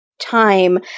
time